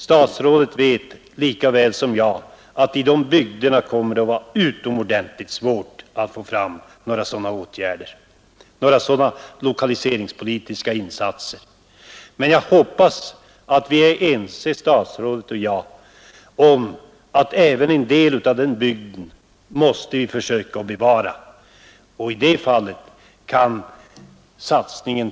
Statsrådet vet lika väl som jag att i de bygderna kommer det att vara utomordentligt svårt att få fram några sådana lokaliseringspolitiska insatser. Jag hoppas att statsrådet och jag är ense om att vi måste försöka bevara även en del av den bygden.